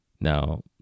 now